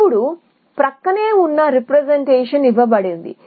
ఇప్పుడు ప్రక్కనే ఉన్న రీప్రెజెంటేషన్ ఇవ్వబడింది